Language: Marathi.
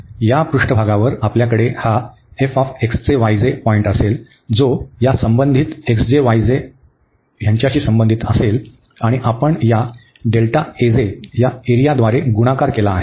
तर पृष्ठभागावर आपल्याकडे हा पॉईंट असेल जो या संबंधित संबंधित असेल आणि आपण या या एरिया द्वारे गुणाकार केला आहे